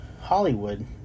Hollywood